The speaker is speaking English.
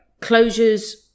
closures